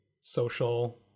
social